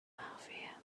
مخفیه